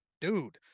Dude